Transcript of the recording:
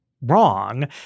wrong